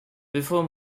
before